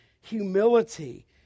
humility